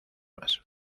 más